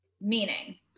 meaning